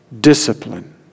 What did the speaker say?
discipline